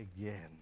again